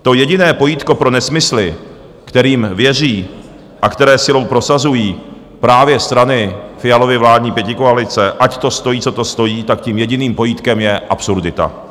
To jediné pojítko pro nesmysly, kterým věří a které silou prosazují právě strany Fialovy vládní pětikoalice, ať to stojí, co to stojí, tím jediným pojítkem je absurdita.